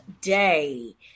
day